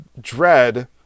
Dread